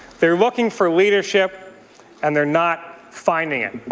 they're looking for leadership and they're not finding it.